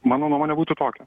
mano nuomone būtų tokia